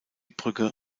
brücke